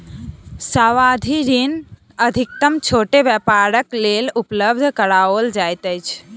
सावधि ऋण अधिकतम छोट व्यापारक लेल उपलब्ध कराओल जाइत अछि